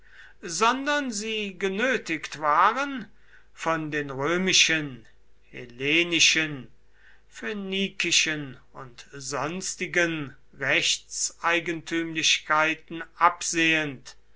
sondern sie genötigt waren von den römischen hellenischen phönikischen und sonstigen rechtseigentümlichkeiten absehend